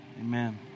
Amen